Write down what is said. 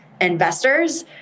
investors